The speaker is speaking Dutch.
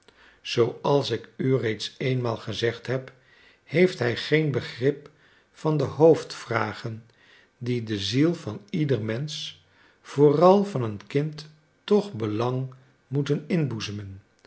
als ik u reeds eenmaal gezegd heb heeft hij geen begrip van de hoofdvragen die de ziel van ieder mensch vooral van een kind toch belang moeten inboezemen